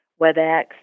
WebEx